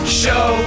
show